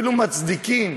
שאפילו מצדיקים